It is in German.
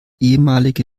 ehemalige